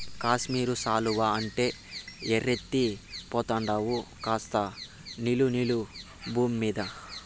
కాశ్మీరు శాలువా అంటే ఎర్రెత్తి పోతండావు కాస్త నిలు నిలు బూమ్మీద